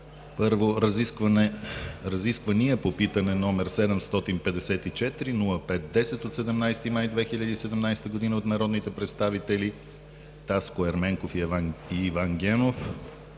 първо, разисквания по питане, № 754-05-10 от 17 май 2017 г., от народните представители Таско Ерменков и Иван Генов